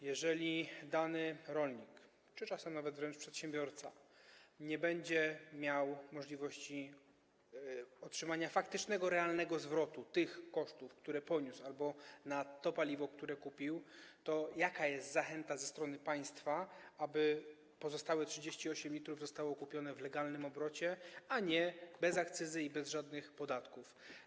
Jeżeli dany rolnik czy czasem nawet wręcz przedsiębiorca nie będzie miał możliwości otrzymania faktycznego, realnego zwrotu kosztów, które poniósł, albo jeśli chodzi o to paliwo, które kupił, to jaka jest zachęta ze strony państwa, aby pozostałe 38 l zostało kupione w legalnym obrocie, a nie bez akcyzy i bez żadnych podatków?